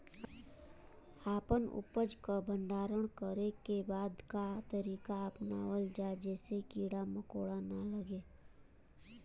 अपना उपज क भंडारन करे बदे का तरीका अपनावल जा जेसे कीड़ा मकोड़ा न लगें?